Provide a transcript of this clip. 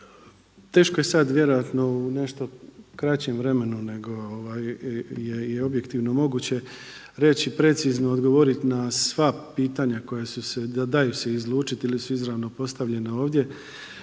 Teško je sad vjerojatno u nešto kraćem vremenu nego je objektivno i moguće reći precizno, odgovorit na sva pitanja koja su se, daju se izlučiti ili su izravno postavljena ovdje.